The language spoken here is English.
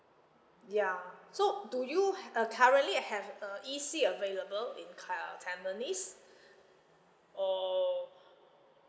ya so do you h~ uh currently have a E_C available in uh tampines or